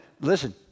listen